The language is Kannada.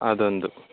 ಅದೊಂದು